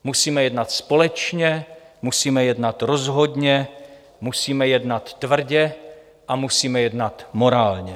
Musíme jednat společně, musíme jednat rozhodně, musíme jednat tvrdě a musíme jednat morálně.